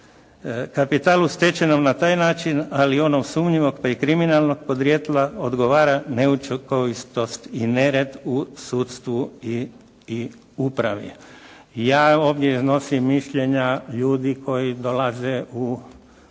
Kapitalu stečenom na taj način ali onom sumnjivog pa i kriminalnog podrijetla odgovara neučinkovitost i nered u sudstvu i upravi. Ja ovdje nosim mišljenja ljudi koji dolaze u ured